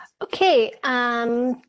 Okay